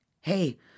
Hey